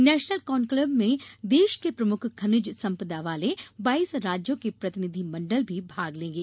national conclave में देश के प्रमुख खनिज सम्पदा वाले बाईस राज्यों के प्रतिनिधि मण्डल भी भाग लेंगे